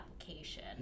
application